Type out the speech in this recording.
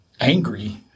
angry